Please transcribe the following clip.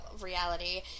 reality